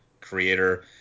creator